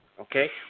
Okay